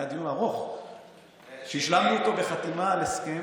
היה דיון ארוך שהשלמנו אותו בחתימה על הסכם,